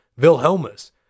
Wilhelmus